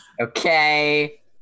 okay